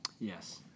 Yes